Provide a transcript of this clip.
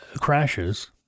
crashes